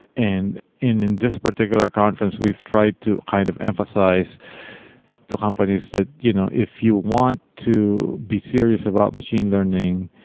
and in in this particular conference, we've tried to kind of emphasize to companies that you know if you want to be serious about machine learning,